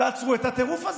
תעצרו את הטירוף הזה.